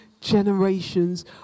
generations